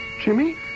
Jimmy